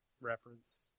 reference